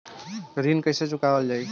ऋण कैसे चुकावल जाई?